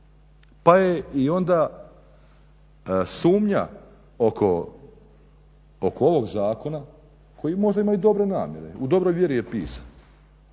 Pa je i onda sumnja oko ovog zakona koji možda ima i dobre namjere, u dobroj vjeri je pisan,